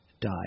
die